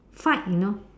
fight you know